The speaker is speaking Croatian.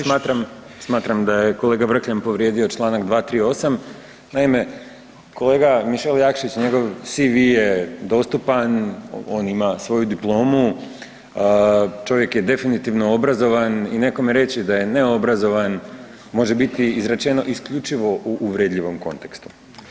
Smatram da je kolega Vrkljan povrijedio Članak 238., naime kolega Mišel Jakšić i njegov CV je dostupan, on ima svoju diplomu, čovjek je definitivno obrazovan i nekome reći da je neobrazovan može biti rečeno isključivo u uvredljivom kontekstu.